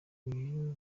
uyu